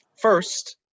First